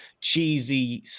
cheesy